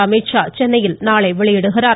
அமீத்ஷா சென்னையில் நாளை வெளியிடுகிறார்